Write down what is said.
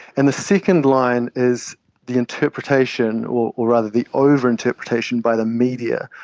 and the second line is the interpretation or or rather the over-interpretation by the media,